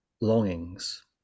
longings